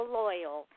loyal